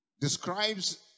describes